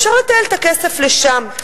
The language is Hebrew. אפשר לתעל את הכסף לשם.